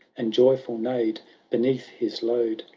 and joyful neigh'd beneath his load.